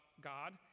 God